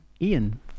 Ian